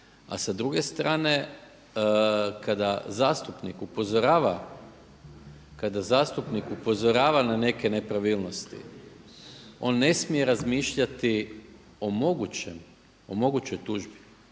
a sa druge strane kada zastupnik upozorava na neke nepravilnosti on ne smije razmišljati o mogućoj tužbi.